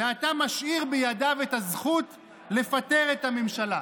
ואתה משאיר בידיו את הזכות לפטר את הממשלה."